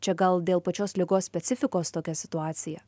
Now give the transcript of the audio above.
čia gal dėl pačios ligos specifikos tokia situacija